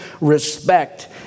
respect